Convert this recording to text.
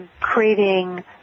creating